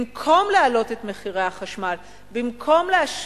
במקום להעלות את מחירי החשמל,